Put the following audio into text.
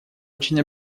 очень